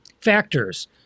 factors